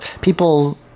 people